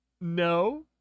no